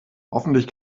hoffentlich